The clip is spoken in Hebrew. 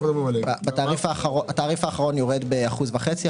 התעריף האחרון יורד ב-1.5%,